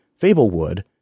Fablewood